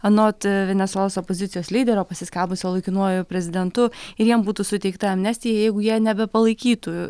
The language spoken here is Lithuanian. anot venesuelos opozicijos lyderio pasiskelbusio laikinuoju prezidentu ir jiem būtų suteikta amnestija jeigu jie nebepalaikytų